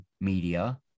media